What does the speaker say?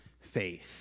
faith